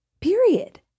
Period